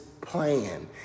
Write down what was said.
plan